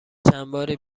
چندباری